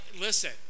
listen